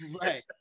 Right